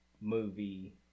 movie